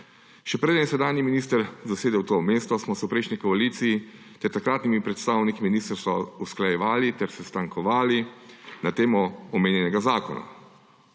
Še preden je sedanji minister zasedel to mesto, smo se v prejšnji koaliciji s takratnimi predstavniki ministrstva usklajevali ter sestankovali na temo omenjenega zakona.